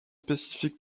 spécifiques